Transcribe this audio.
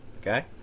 Okay